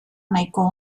nahiko